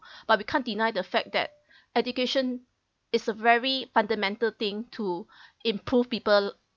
but we can't deny the fact that education is a very fundamental thing to improve people